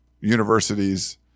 universities